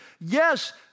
yes